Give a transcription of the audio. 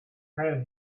tell